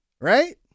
right